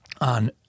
on